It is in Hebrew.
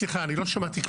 סליחה, לא שמעתי כלום.